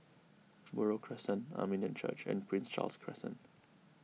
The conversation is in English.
Buroh Crescent Armenian Church and Prince Charles Crescent